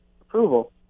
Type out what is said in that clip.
approval